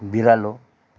बिरालो